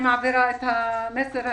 אני מעבירה את המסר הזה,